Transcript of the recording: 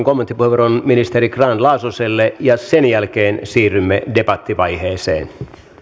kommenttipuheenvuoron ministeri grahn laasoselle ja sen jälkeen siirrymme debattivaiheeseen